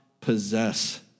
possess